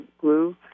glue